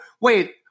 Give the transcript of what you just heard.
Wait